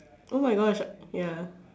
oh my gosh ya